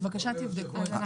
בבקשה תבדקו את זה.